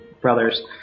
brothers